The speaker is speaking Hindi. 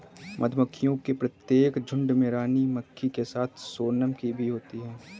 मधुमक्खियों के प्रत्येक झुंड में रानी मक्खी के साथ सोनम की भी होते हैं